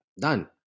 Done